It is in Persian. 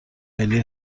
ملی